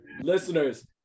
Listeners